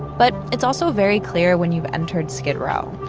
but it's also very clear when you've entered skid row.